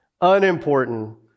Unimportant